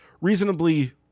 reasonably